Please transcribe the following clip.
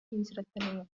y’inzirakarengane